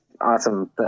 awesome